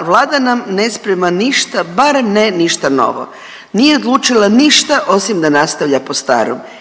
Vlada nam ne sprema ništa, barem ne ništa novo. Nije odlučila ništa osim da nastavlja po starom